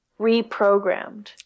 reprogrammed